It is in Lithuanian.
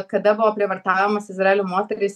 kada buvo prievartaujamos izraelio moterys